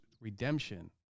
redemption